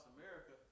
America